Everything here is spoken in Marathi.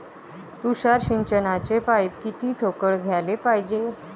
तुषार सिंचनाचे पाइप किती ठोकळ घ्याले पायजे?